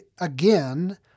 again